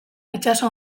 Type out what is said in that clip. itsaso